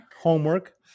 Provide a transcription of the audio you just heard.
homework